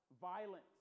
violence